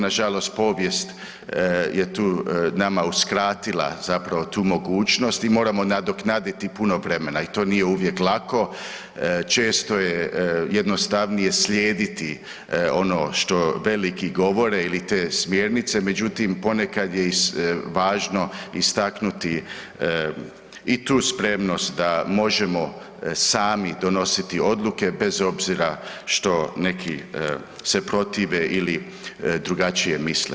Nažalost povijest je tu nama uskratila zapravo tu mogućnost i moramo nadoknaditi puno vremena i to nije uvijek lako, često je jednostavnije slijediti ono što veliki govore ili te smjernice, međutim ponekad je važno istaknuti i tu spremnost da možemo sami donositi odluke bez obzira što neki se protive ili drugačije misle.